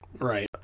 Right